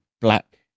black